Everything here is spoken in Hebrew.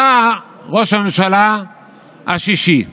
אתה ראש הממשלה השישי.